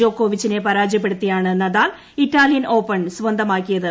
ജ്യോക്കോവിച്ചിനെ പരാജയപ്പെടുത്തിയാണ് Nadal Italian Open സ്വന്തമാക്കിയത്